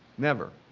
never.